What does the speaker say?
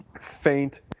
faint